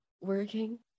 working